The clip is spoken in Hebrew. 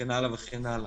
וכן הלאה וכן הלאה.